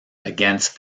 against